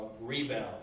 rebound